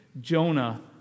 Jonah